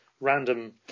random